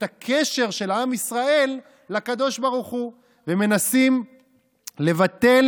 את הקשר של עם ישראל לקדוש ברוך הוא, ומנסים לבטל.